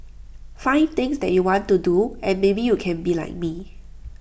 find things that you want to do and maybe you can be like me